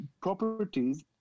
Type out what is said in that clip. properties